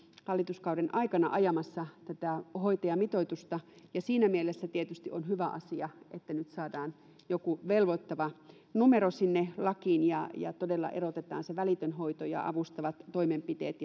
hallituskauden aikana ajamassa tätä hoitajamitoitusta ja siinä mielessä tietysti on hyvä asia että nyt saadaan joku velvoittava numero sinne lakiin ja ja todella erotetaan se välitön hoito ja avustavat toimenpiteet